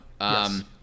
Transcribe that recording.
Yes